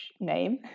name